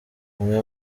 umwe